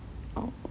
oh